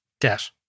debt